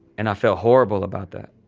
and i felt horrible about that.